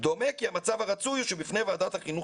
דומה כי המצב הרצוי הוא שבפני ועדת החינוך